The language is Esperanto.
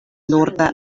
norda